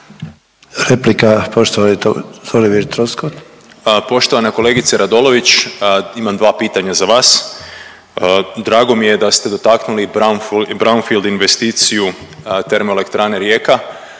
**Troskot, Zvonimir (MOST)** Poštovana kolegice Radolović imam dva pitanja za vas. Drago mi je da ste dotaknuli brownfield investiciju Termoelektrane Rijeka